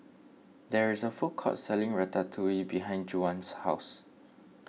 there is a food court selling Ratatouille behind Juwan's house